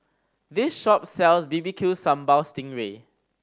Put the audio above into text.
this shop sells B B Q Sambal sting ray